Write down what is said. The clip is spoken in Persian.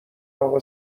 اقا